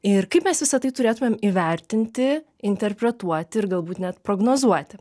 ir kaip mes visa tai turėtumėm įvertinti interpretuoti ir galbūt net prognozuoti